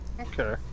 Okay